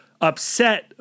upset